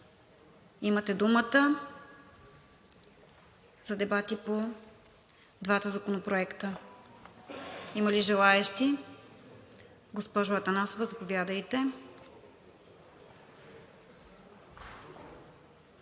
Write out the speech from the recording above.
Имате думата за дебати по двата законопроекта. Има ли желаещи? Госпожо Атанасова, заповядайте.